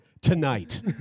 Tonight